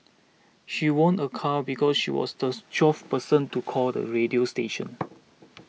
she won a car because she was this twelfth person to call the radio station